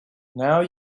now